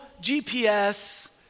GPS